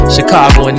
Chicago